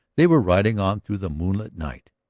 they were riding on through the moonlit night.